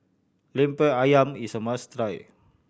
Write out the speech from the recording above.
Lemper Ayam is a must try